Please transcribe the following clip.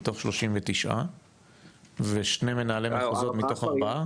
מתוך 39 ושני מנהלי מחוזות מתוך ארבעה.